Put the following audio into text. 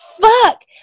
fuck